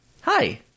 Hi